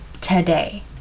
today